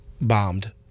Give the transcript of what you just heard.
bombed